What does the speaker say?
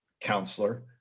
counselor